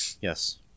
yes